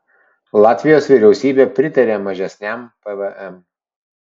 latvijos vyriausybė pritarė mažesniam pvm